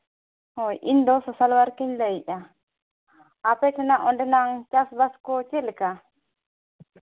ᱦᱳᱭ ᱤᱧᱫᱚ social working ᱞᱟᱹᱭᱫᱟ ᱟᱯᱮ ᱴᱷᱮᱱᱟᱜ ᱚᱸᱰᱮᱱᱟᱝ ᱪᱟᱥᱼᱵᱟᱥ ᱠᱚ ᱪᱮᱫ ᱞᱮᱠᱟ